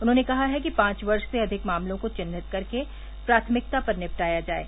उन्होंने कहा है कि पांव वर्ष से अधिक मामलों को चिन्हित करके प्राथमिकता पर निपटाया जाये